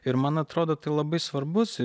ir man atrodo tai labai svarbus